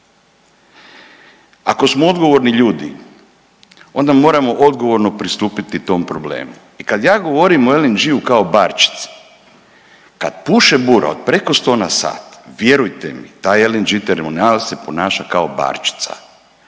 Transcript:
Ako smo odgovorni ljudi onda moramo odgovorno pristupiti tom problemu. I kad ja govorim o LNG-u kao barčici, kad puše bura od preko sto na sat vjerujte mi taj LNG terminal se ponaša kao barčica.